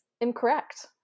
incorrect